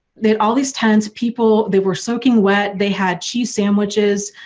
that all these tons of people they were soaking wet, they had cheese sandwiches,